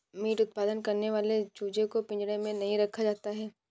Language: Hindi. मीट उत्पादन करने वाले चूजे को पिंजड़े में नहीं रखा जाता